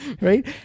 right